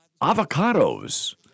avocados